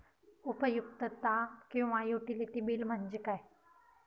उपयुक्तता किंवा utility bill म्हणजे काय?